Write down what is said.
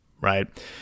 right